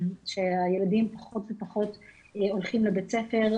שהילדים פחות ופחות הולכים לבית ספר,